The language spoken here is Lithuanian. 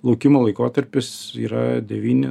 laukimo laikotarpis yra devyni